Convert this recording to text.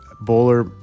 Bowler